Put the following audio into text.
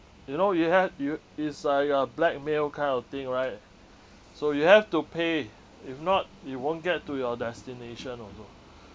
you know you had you is like a blackmail kind of thing right so you have to pay if not you won't get to your destination also